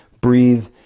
breathe